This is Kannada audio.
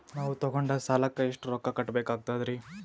ನಾವು ತೊಗೊಂಡ ಸಾಲಕ್ಕ ಎಷ್ಟು ರೊಕ್ಕ ಕಟ್ಟಬೇಕಾಗ್ತದ್ರೀ?